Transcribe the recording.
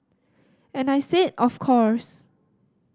and I said of course